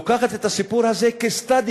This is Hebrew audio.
לוקחת את הסיפור הזה כ-case study,